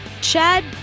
Chad